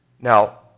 Now